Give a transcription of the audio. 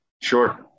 Sure